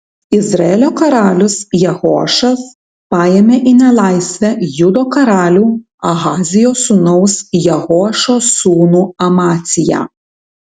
izraelio karalius jehoašas paėmė į nelaisvę judo karalių ahazijo sūnaus jehoašo sūnų amaciją